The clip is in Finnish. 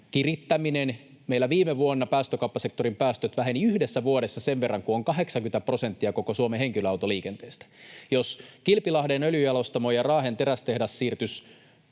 kirittäminen. Meillä viime vuonna päästökauppasektorin päästöt vähenivät yhdessä vuodessa sen verran kuin on 80 prosenttia koko Suomen henkilöautoliikenteestä. Jos Kilpilahden öljynjalostamo ja Raahen terästehdas siirtyisivät